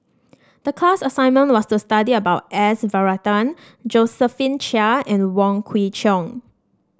the class assignment was to study about S Varathan Josephine Chia and Wong Kwei Cheong